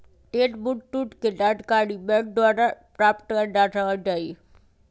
cheque book शुल्क के जानकारी बैंक द्वारा प्राप्त कयल जा सकइ छइ